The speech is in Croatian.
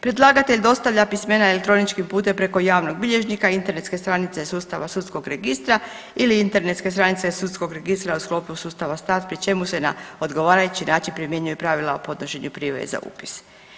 Predlagatelj dostavlja pismena elektroničkim putem preko javnog bilježnika, internetske stranice sustava Sudskog registra ili internetske stranice Sudskog registra u sklopu sustava START pri čemu se na odgovarajući način primjenjuju pravila o podnošenju prijave za upis.